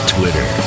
Twitter